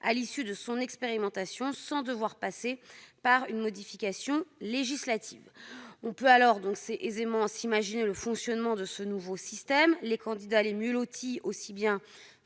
à l'issue de son expérimentation sans devoir passer par une modification législative. On peut aisément imaginer le fonctionnement de ce nouveau système : les candidats les mieux lotis, aussi bien